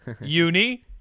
Uni